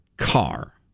Car